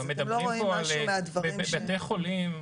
בתי חולים,